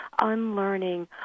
Unlearning